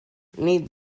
nit